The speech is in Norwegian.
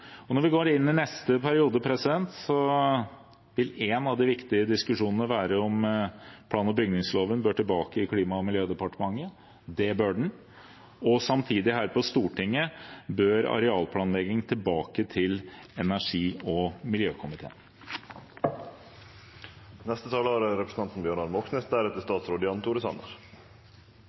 Når vi går inn i neste periode, vil en av de viktige diskusjonene være om plan- og bygningsloven bør tilbake til Klima- og miljødepartementet. Det bør den. Samtidig: Her på Stortinget bør arealplanlegging tilbake til energi- og miljøkomiteen.